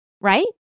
Right